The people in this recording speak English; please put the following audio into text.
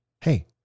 Hey